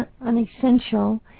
unessential